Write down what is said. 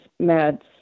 meds